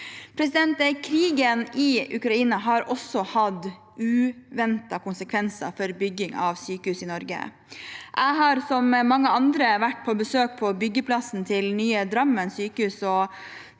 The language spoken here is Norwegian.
Krigen i Ukraina har også hatt uventede konsekvenser for bygging av sykehus i Norge. Jeg har, som mange andre, vært på besøk på byggeplassen til nye Drammen sykehus.